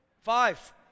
five